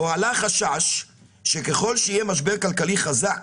הועלה חשש שככל שיהיה משבר כלכלי חזק